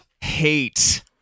hate